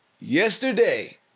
yesterday